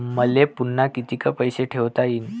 मले पुन्हा कितीक पैसे ठेवता येईन?